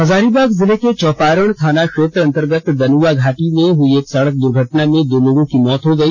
हजारीबाग जिले के चौपारण थाना क्षेत्र अंतर्गत दनुआ घाटी में हुई एक सड़क दुर्घटना में दो लोगों की मौत हो गई